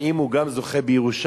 האם הוא גם זוכה בירושה